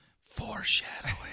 Foreshadowing